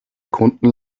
kunden